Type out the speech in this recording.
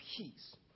peace